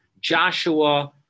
Joshua